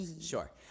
Sure